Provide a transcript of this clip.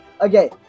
okay